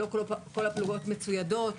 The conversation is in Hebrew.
לא כל הפלוגות מצוידות.